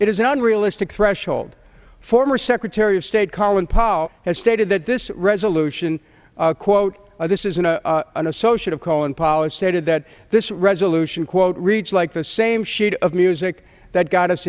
it is an unrealistic threshold former secretary of state colin powell has stated that this resolution quote this is in a an associate of colon polyps stated that this resolution quote reads like the same sheet of music that got us